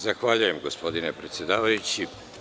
Zahvaljujem, gospodine predsedavajući.